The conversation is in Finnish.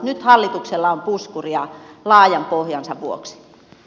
nyt hallituksella on puskuria laajan pohjansa vuoksi